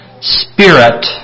spirit